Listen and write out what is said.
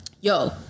Yo